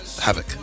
Havoc